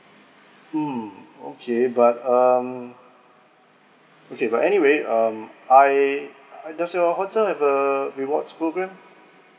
mm okay but um okay but anyway um I does your hotel have a reward program